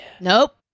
Nope